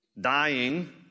dying